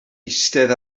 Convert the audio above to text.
eistedd